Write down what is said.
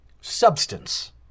substance